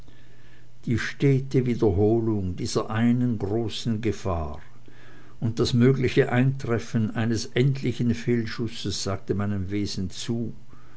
die stete wiederholung dieser einen großen gefahr und das mögliche eintreffen eines endlichen fehlschusses sagte meinem wesen zu